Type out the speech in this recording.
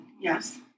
yes